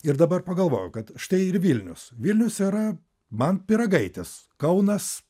ir dabar pagalvojau kad štai ir vilnius vilnius yra man pyragaitis kaunas